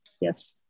Yes